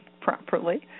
properly